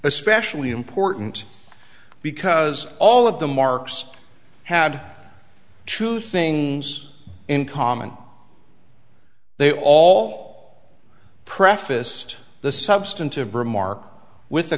especially important because all of the marks had two things in common they all prefaced the substantive remark with a